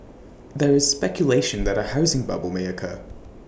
there is speculation that A housing bubble may occur